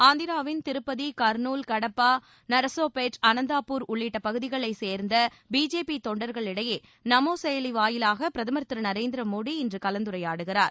ஆந்திராவின் திருப்பதி கர்னூல் கடப்பா நரசராபேட் அனந்தாபூர் உள்ளிட்ட பகுதிகளைச் சேர்ந்த பிஜேபி தொண்டர்களிடையே நமோ செயலி வாயிலாக பிரதமர் திரு நரேந்திர மோடி இன்று கலந்துரையாடுகிறார்